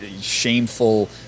shameful